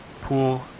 pool